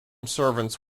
servants